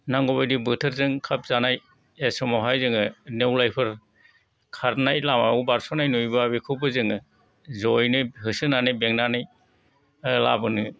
नांगौबायदि बोथोरजों खाब जानाय समावहाय जोङो नेवलायफोर खारनाय लामायाव बारस'नाय नुयोबा बेखौबो जोङो ज'यैनो होसोनानै बेंनानै लाबोनो